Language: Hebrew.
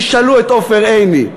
תשאלו את עופר עיני,